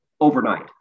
overnight